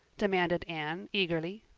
demanded anne eagerly.